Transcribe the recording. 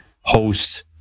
host